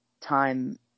time